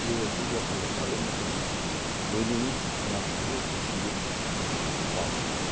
ꯏꯔꯣꯏꯕꯒꯤ ꯋꯥꯈꯜ ꯍꯦꯛ ꯈꯜꯂꯨꯕ ꯃꯇꯝꯗ ꯂꯣꯏꯅꯤꯡꯏ ꯑꯉꯥꯡ ꯑꯣꯏꯔꯤꯉꯩ ꯄꯨꯟꯁꯤꯗꯨ ꯑꯃꯨꯛꯀ ꯄꯥꯝꯃꯛꯏꯗꯣ